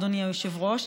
אדוני היושב-ראש,